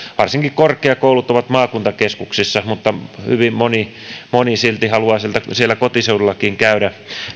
varsinkin korkeakoulut ovat maakuntakeskuksissa mutta hyvin moni moni silti haluaa siellä kotiseudullakin käydä